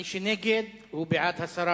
מי שנגד, הוא בעד הסרה